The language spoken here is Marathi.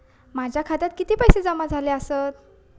माझ्या खात्यात किती पैसे जमा झाले आसत?